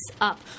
up